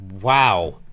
Wow